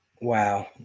wow